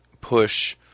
push